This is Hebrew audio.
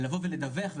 לבוא ולדווח,